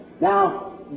Now